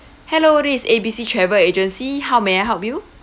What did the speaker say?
hello this is A B C travel agency how may I help you